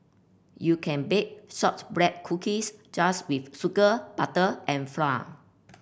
you can bake shortbread cookies just with sugar butter and flour